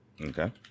Okay